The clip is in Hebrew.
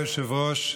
כבוד היושב-ראש,